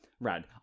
Rad